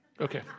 Okay